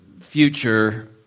future